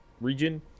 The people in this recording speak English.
region